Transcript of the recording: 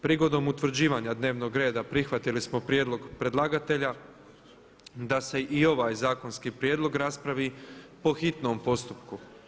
Prigodom utvrđivanja dnevnog reda prihvatili smo prijedlog predlagatelja da se i ovaj zakonski prijedlog raspravi po hitnom postupku.